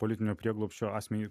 politinio prieglobsčio asmenį